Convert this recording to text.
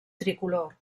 tricolor